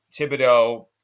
Thibodeau